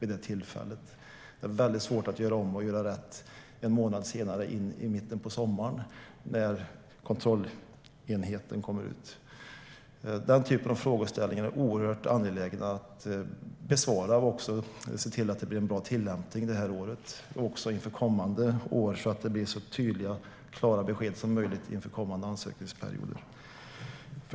Det är väldigt svårt att göra om och göra rätt en månad senare, i mitten av sommaren, när kontrollenheten kommer ut. Den typen av frågeställningar är mycket angelägna att besvara så att det blir en bra tillämpning i år och kommande år och så tydliga och klara besked som möjligt inför kommande ansökningsperioder.